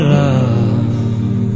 love